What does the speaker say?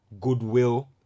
goodwill